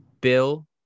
Bill